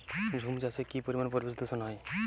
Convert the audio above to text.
ঝুম চাষে কি পরিবেশ দূষন হয়?